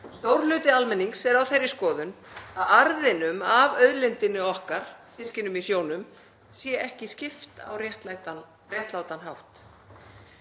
Stór hluti almennings er á þeirri skoðun að arðinum af auðlindinni okkar, fiskinum í sjónum, sé ekki skipt á réttlátan hátt.